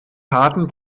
harten